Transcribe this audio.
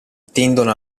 tendono